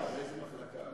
באיזו מחלקה?